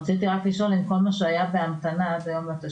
רציתי רק לשאול לגבי כל מי שהיה בהמתנה לתשלומים,